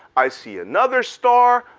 i see another star,